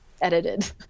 edited